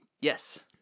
Yes